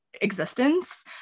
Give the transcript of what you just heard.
existence